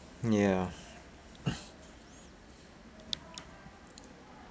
ya